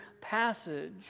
passage